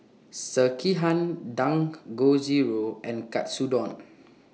Sekihan Dangojiru and Katsudon